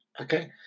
Okay